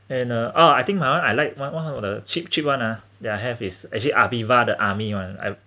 and ah I think ha I like on~ one of the che~ cheap [one] ah that I have is actually Aviva the army [one] I